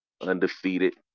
undefeated